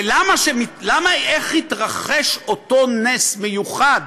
ואיך יתרחש אותו נס מיוחד,